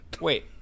Wait